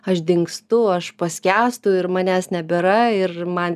aš dingstu aš paskęstu ir manęs nebėra ir man